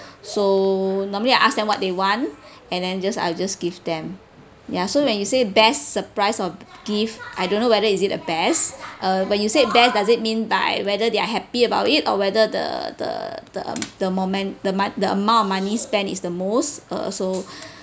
so normally I ask them what they want and then just I'll just give them ya so when you say best surprise or gift I don't know whether is it a best uh when you say best does it mean by whether they are happy about it or whether the the the the moment the mount the amount of money spend is the most uh so